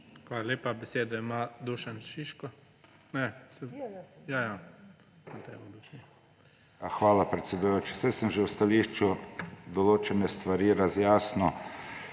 Hvala, predsedujoči. Saj sem že v stališču določene stvari razjasnil.